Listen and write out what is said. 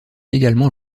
également